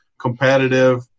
competitive